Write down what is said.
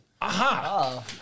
Aha